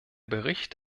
bericht